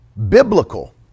biblical